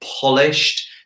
polished